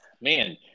man –